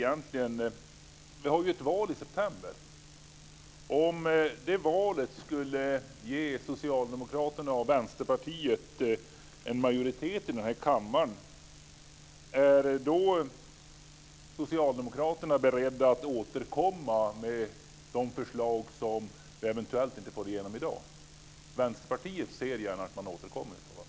Det är ett val i september. Om det valet ger Socialdemokraterna och Vänsterpartiet en majoritet i kammaren, är man i Socialdemokraterna då beredd att återkomma med de förslag som eventuellt inte går igenom i dag? Vänsterpartiet ser gärna att man återkommer i frågan.